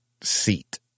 seat